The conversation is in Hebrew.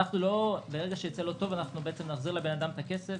במקרה כזה אנחנו נחזיר לאדם את הכסף